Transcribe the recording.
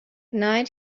night